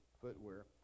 footwear